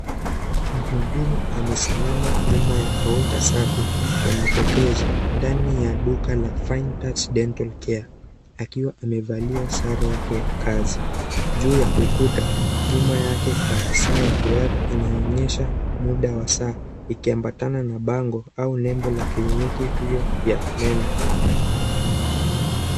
Muhudumu amesimama nyuma ya counter safi ya mapokezi ndani ya duka la Fine Touch Dental Care akiwa amevaia sare yake ya kazi juu ya ukuta nyuma yake kuna saa ya duara inayoonyesha muda wa saa ikiambatana na bango au nembo ya kliniki hiyo ya meno.